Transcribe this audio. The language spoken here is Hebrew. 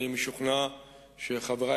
אני משוכנע שחברי